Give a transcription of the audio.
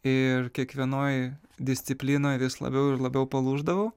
ir kiekvienoj disciplinoj vis labiau ir labiau palūždavau